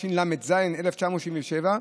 התשל"ז 1977,